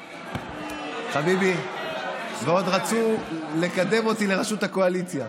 חביבי, ועוד רצו לקדם אותי לראשות הקואליציה.